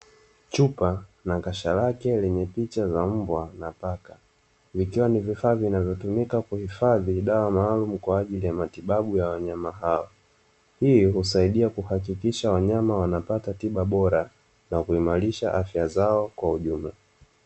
Chupa na kasha lake lenye picha ya mbwa na paka linalotumika kuhifadhi dawa maalumu kwaajili ya wanyama hao, hiyo husaidia kuimarisha afya zao kwa ujumla.